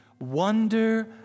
wonder